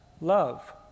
love